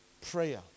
prayer